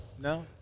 No